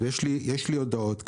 יש לי הודעות כאלו.